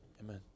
amen